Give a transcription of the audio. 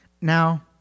now